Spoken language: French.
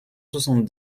soixante